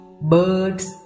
birds